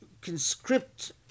conscript